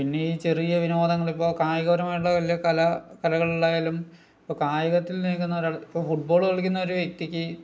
പിന്നെ ഈ ചെറിയ വിനോദങ്ങള് ഇപ്പോൾ കായികപരമായിട്ടുള്ള വലിയ കല കലകളിലായാലും ഇപ്പോൾ കായികത്തിൽ നിൽക്കുന്ന ഒരാൾ ഇപ്പോൾ ഫുഡ്ബോള് കളിക്കുന്ന ഒരു വ്യക്തിക്ക്